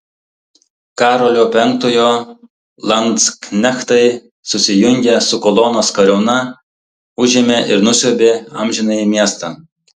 karolio penktojo landsknechtai susijungę su kolonos kariauna užėmė ir nusiaubė amžinąjį miestą